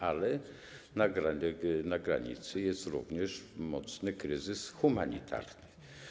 Ale na granicy jest również mocny kryzys humanitarny.